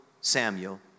Samuel